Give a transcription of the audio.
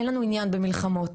אין לנו עניין במלחמות.